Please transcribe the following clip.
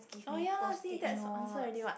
oh ya lah see that's your answer already what